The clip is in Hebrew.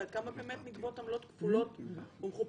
ועד כמה נגבות עמלות כפולות ומכופלות?